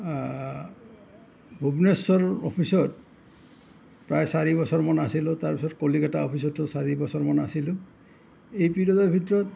ভূৱনেশ্বৰ অফিচত প্ৰায় চাৰি বছৰমান আছিলোঁ তাৰ পিছত কলিকতা অফিচতো চাৰি বছৰমান আছিলোঁ এই পিৰিয়দৰ ভিতৰত